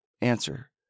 Answer